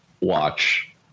watch